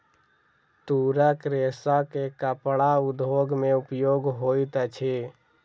तूरक रेशा के कपड़ा उद्योग में उपयोग होइत अछि